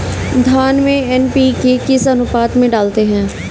धान में एन.पी.के किस अनुपात में डालते हैं?